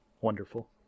Wonderful